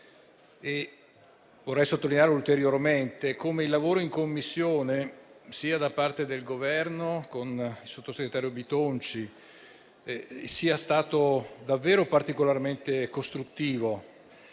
giusto sottolineare ulteriormente come il lavoro in Commissione, anche da parte del Governo, con il sottosegretario Bitonci, sia stato davvero particolarmente costruttivo